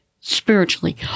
spiritually